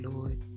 Lord